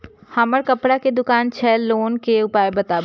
हमर कपड़ा के दुकान छै लोन के उपाय बताबू?